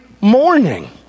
morning